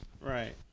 Right